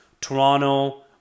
Toronto